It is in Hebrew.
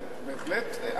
בהחלט אקרובטיות.